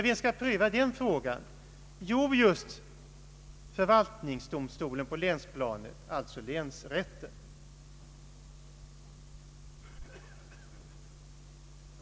Vem skall pröva den frågan? Jo, just förvaltningsdomstolen på länsplanet, alltså länsrätten.